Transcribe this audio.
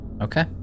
Okay